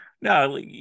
No